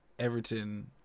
Everton